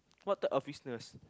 what type of business